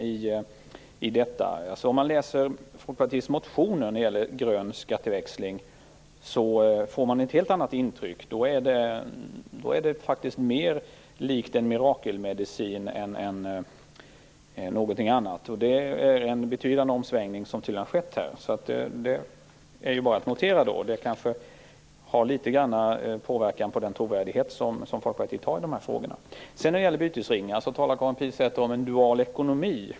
Läser man Folkpartiets motion när det gäller grön skatteväxling får man ett helt annat intryck. Då är det faktiskt mer likt en mirakelmedicin än någonting annat. Det har tydligen skett en betydande omsvängning. Det är väl bara att notera. Det har kanske också någon påverkan på Folkpartiets trovärdighet i de här frågorna. När det gäller bytesringar talar Karin Pilsäter om en dual ekonomi.